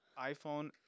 iPhone